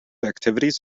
activities